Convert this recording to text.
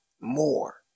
more